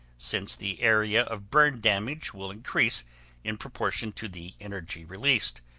since the area of burn damage will increase in proportion to the energy released,